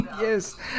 Yes